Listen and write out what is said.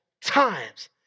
times